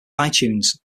itunes